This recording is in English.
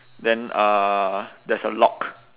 then uh there's a lock